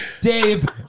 Dave